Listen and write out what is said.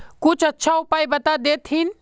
कुछ अच्छा उपाय बता देतहिन?